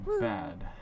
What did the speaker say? bad